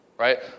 right